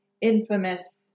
Infamous